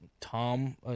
Tom